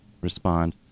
respond